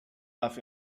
darf